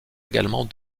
également